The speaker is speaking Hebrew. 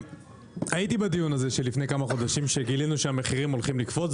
הייתי בדיון הזה שלפני כמה חודשים כשגילינו שהמחירים הולכים לקפוץ,